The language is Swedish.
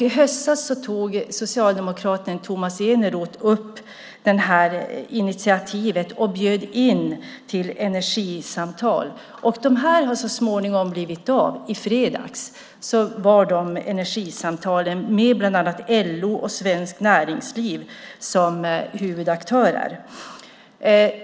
I höstas tog socialdemokraten Tomas Eneroth det här initiativet och bjöd in till energisamtal. De har så småningom blivit av. I fredags var det energisamtal med bland annat LO och Svenskt Näringsliv som huvudaktörer.